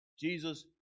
Jesus